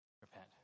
Repent